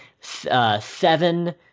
seven